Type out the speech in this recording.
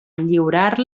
lliurar